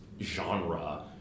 genre